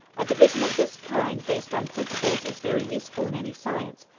a division of this kind based on principles is very useful in any science,